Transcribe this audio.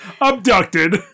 Abducted